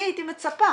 אני הייתי מצפה